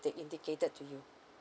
they indicated to you